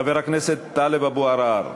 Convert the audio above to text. חבר הכנסת טלב אבו עראר,